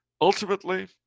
Ultimately